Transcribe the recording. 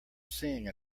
sing